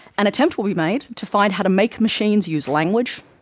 an attempt will be made to find how to make machines use language,